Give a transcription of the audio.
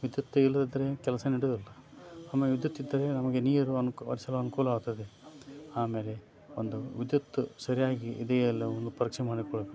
ವಿದ್ಯುತ್ತು ಇಲ್ಲದಿದ್ದರೆ ಕೆಲಸ ನಡೆಯುವುದಿಲ್ಲ ನಮಗೆ ವಿದ್ಯುತ್ ಇದ್ದರೆ ನಮಗೆ ನೀರು ಅನ್ಕ್ ಹರಿಸಲು ಅನುಕೂಲವಾಗುತ್ತದೆ ಆಮೇಲೆ ಒಂದು ವಿದ್ಯುತ್ತು ಸರಿಯಾಗಿ ಇದೆಯೋ ಇಲ್ಲವೋ ಎಂದು ಪರೀಕ್ಷೆ ಮಾಡಿಕೊಳ್ಳಬೇಕು